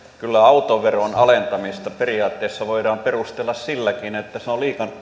kyllä autoveron alentamista periaatteessa voidaan perustella silläkin että se on